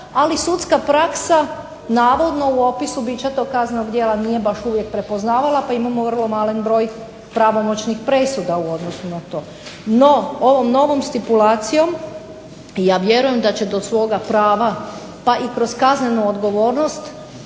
ali sudska praksa navodno u opisu bića tog kaznenog djela nije baš uvijek prepoznavala pa imamo vrlo malen broj pravomoćnih presuda u odnosu na to. No, ovom novom stipulacijom ja vjerujem da će do svoga prava pa i kroz kaznenu odgovornost